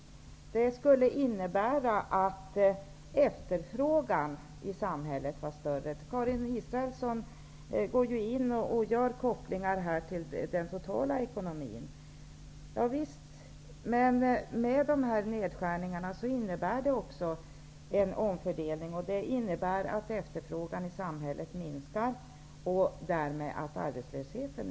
Det hade inneburit att efterfrågan i samhället blivit större. Karin Israelsson gör ju här kopplingar till den totala ekonomin. Dessa nedskärningar innebär också en omfördelning. Efterfrågan i samhället minskar, och därmed ökar arbetslösheten.